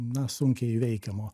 na sunkiai įveikiamo